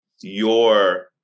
your-